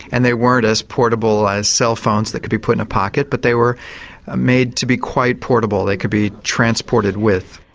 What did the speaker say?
and they weren't as portable as cell phones that could be put in a pocket, but they were made to be quite portable. they could be transported with.